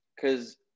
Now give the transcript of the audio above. Cause